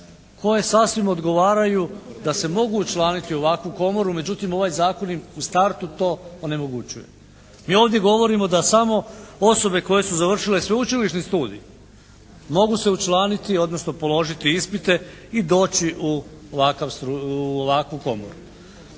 koje sasvim odgovaraju da se mogu učlaniti u ovakvu komoru, međutim ovaj zakon im u startu to onemogućuje. Mi ovdje govorimo da samo osobe koje su završile sveučilišni studij mogu se učlaniti odnosno položiti ispite i doći u ovakvu komoru.